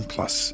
Plus